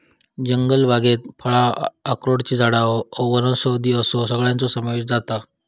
जंगलबागेत फळां, अक्रोडची झाडां वनौषधी असो सगळ्याचो समावेश जाता